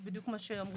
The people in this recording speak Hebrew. זה בדיוק מה שאמרו.